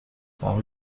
trois